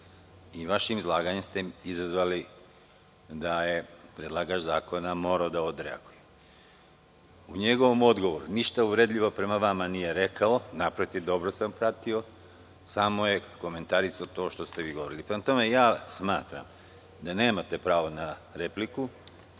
Vašim izlaganjem ste izazvali da je predlagač zakona morao da odreaguje. U njegovom odgovoru ništa uvredljivo prema vama nije rekao. Dobro sam pratio. Samo je komentarisao to što ste vi govorili. Smatram da nemate pravo na repliku. Ako